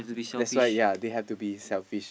that's why ya they have to be selfish